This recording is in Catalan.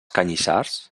canyissars